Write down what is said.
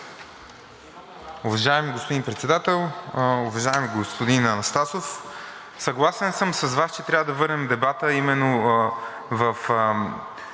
Уважаеми господин Председател! Уважаеми господин Анастасов, съгласен съм с Вас, че трябва да върнем дебата именно в